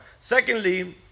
Secondly